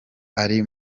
ari